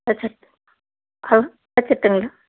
வச்சிட் hello வச்சிட்டுங்களா